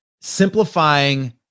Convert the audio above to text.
simplifying